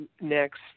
next